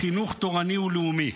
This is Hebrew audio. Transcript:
בחינוך תורני ולאומי.